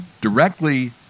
directly